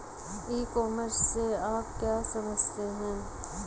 ई commerce से आप क्या समझते हैं?